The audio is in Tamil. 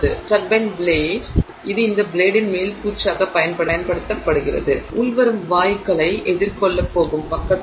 எனவே டர்பைன் பிளேடு அதனால் இது இந்த பிளேட்டின் மேல் பூச்சாக பயன்படுத்தப்படுகிறது உள்வரும் வாயுக்களை எதிர்கொள்ளப் போகும் பக்கத்தில்